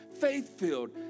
faith-filled